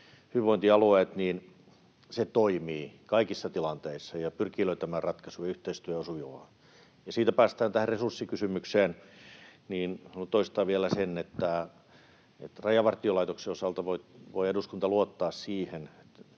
hyvinvointialueet — toimii kaikissa tilanteissa ja pyrkii löytämään ratkaisuja, ja yhteistyö on sujuvaa. Siitä päästään tähän resurssikysymykseen. Haluan toistaa vielä, että Rajavartiolaitoksen osalta voi eduskunta luottaa siihen,